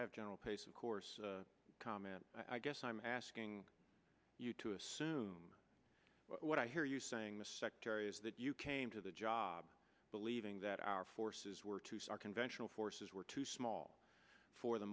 have general pace of course comment i guess i'm asking you to assume what i hear you saying the secretary is that you came to the job believing that our forces were to start conventional forces were too small for the